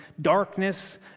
darkness